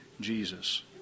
Jesus